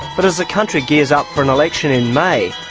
but as the country gears up for an election in may,